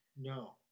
No